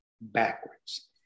backwards